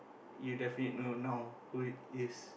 you definitely know now who it is